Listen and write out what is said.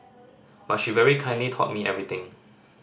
but she very kindly taught me everything